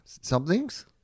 something's